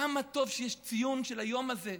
כמה טוב שיש ציון של היום הזה,